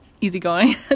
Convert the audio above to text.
easygoing